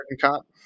Cop